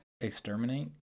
Exterminate